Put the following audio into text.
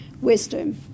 wisdom